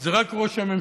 זה רק ראש הממשלה.